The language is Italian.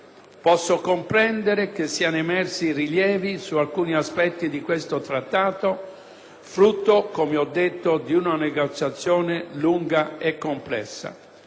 Posso comprendere che siano emersi rilievi su alcuni aspetti di questo Trattato, frutto, come ho detto, di una negoziazione lunga e complessa.